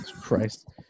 Christ